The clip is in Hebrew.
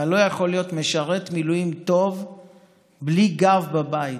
אתה לא יכול להיות משרת מילואים טוב בלי גב בבית.